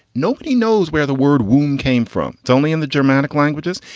nobody knows where the word womb came from. it's only in the dramatic languages.